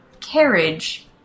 carriage